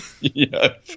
Yes